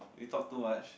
we talk too much